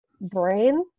brain